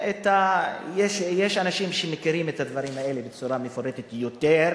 יש אנשים שמכירים את הדברים האלה בצורה מפורטת יותר,